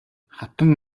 хатан